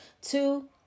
Two